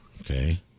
Okay